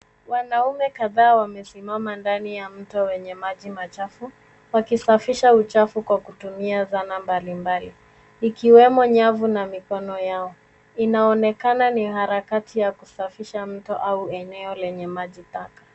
Wanaume kadhaa wamesimama ndani ya mto wenye maji machafu, wakisafisha uchafu kwa kutumia dhana mbalimbali, ikiwemo nyavu na mikono yao. Inaonekana ni harakati ya kusafisha mto au eneo lenye maji taka.